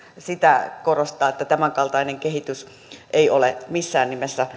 sitä korostaa että tämänkaltainen kehitys ei ole missään nimessä